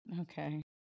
Okay